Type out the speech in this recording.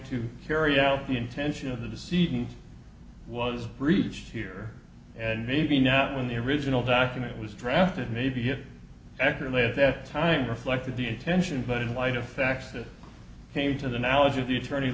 to carry out the intention of the seasons was breached here and maybe now when the original document was drafted maybe if ector late at that time reflected the intention but in light of facts that came to the knowledge of the attorney